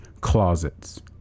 closets